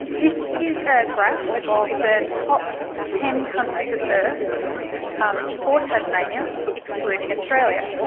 this is a graph of the top ten countries of birth um for tasmania excluding australia.